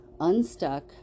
unstuck